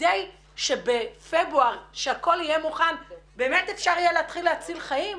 כדי שבפברואר הכול יהיה מוכן ובאמת אפשר יהיה להציל חיים,